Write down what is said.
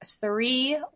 three